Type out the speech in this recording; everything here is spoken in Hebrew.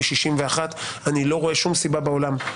הזכות לחירות,